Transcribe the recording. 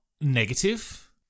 negative